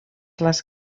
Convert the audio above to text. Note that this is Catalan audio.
les